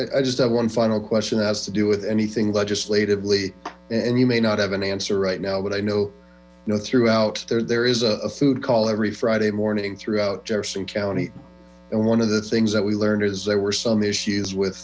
as i just have one final question has to do with anything legislatively and you may not have an answer right now but i know throughout there is a food call every friday morning throughout jefferson county and one of the things that we learned is there were some issues wth